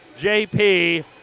JP